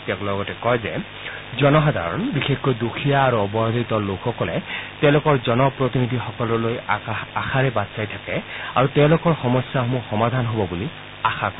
তেওঁ লগতে কয় যে জনসাধাৰণ বিশেষকৈ দুখীয়া আৰু অৱহেলিত লোকসকলে তেওঁলোকৰ জনপ্ৰতিনিধিসকললৈ আশাৰে বাট চাই থাকে আৰু তেওঁলোকৰ সমস্যাসমূহ সমাধান হব বুলি আশা কৰে